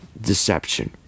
deception